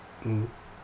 mmhmm